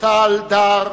טל, דר,